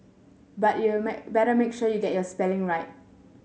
but you may better make sure you get your spelling right